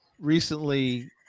recently